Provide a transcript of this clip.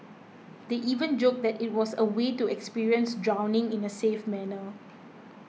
they even joked that it was a way to experience drowning in a safe manner